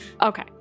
Okay